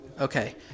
Okay